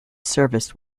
service